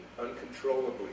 uncontrollably